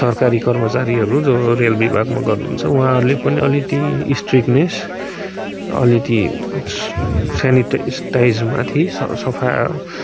सरकारी कर्मचारीहरू जो रेल विभागमा गर्नुहुन्छ उहाँहरूले पनि अलिकति स्ट्रिक्टनेस अलिकति सेनिटाइसमाथि स सफा